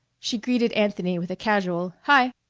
she greeted anthony with a casual hi!